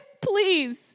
please